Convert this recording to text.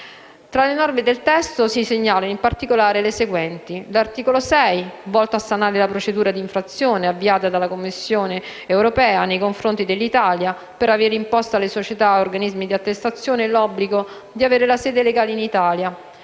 Tra le norme del testo si segnalano, in particolare, le seguenti: l'articolo 6, volto a sanare la procedura d'infrazione avviata dalla Commissione europea nei confronti dell'Italia per aver imposto alle Società Organismi di Attestazione (SOA) l'obbligo di avere la sede legale in Italia,